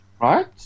right